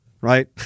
right